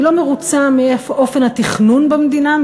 היא לא מרוצה מאופן התכנון במדינה,